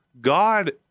God